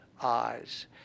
eyes